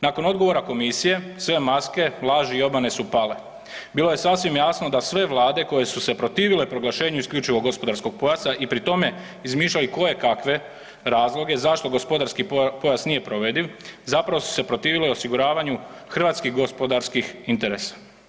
Nakon odgovora komisije sve maske, laži i obmane su pale, bilo je sasvim jasno da sve vlade koje su se protivile proglašenju isključivog gospodarskog pojasa i pri tome izmišljali kojekakve razloge zašto gospodarski pojas nije provediv zapravo su se protivile osiguravanju hrvatskih gospodarskih interesa.